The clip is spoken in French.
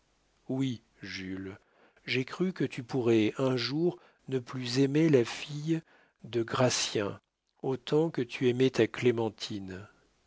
muette oui jules j'ai cru que tu pourrais un jour ne plus aimer la fille de gratien autant que tu aimais ta